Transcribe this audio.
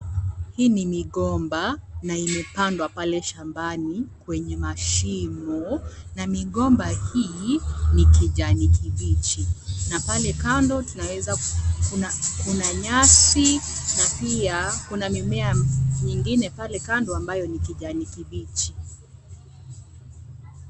Hii ni migomba na imepandwa pale shambani kwenye mashimo na migomba hii ni kijani kibichi, na pale kando tunaweza kuna nyasi na pia kuna mimea mingine pale kando ambayo ni kijani kibichi.